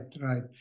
right